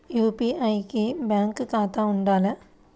UPI కి bank ఖాతా ఉండాల?